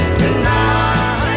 tonight